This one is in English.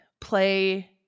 play